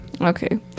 okay